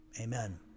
Amen